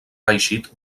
reeixit